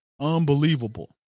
Unbelievable